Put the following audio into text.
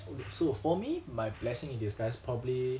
so for me my blessing in disguise probably